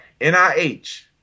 NIH